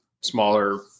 smaller